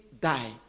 die